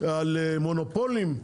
על מונופולים,